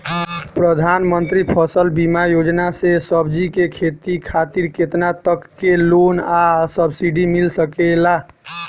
प्रधानमंत्री फसल बीमा योजना से सब्जी के खेती खातिर केतना तक के लोन आ सब्सिडी मिल सकेला?